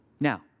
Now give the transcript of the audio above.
Now